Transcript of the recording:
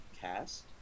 cast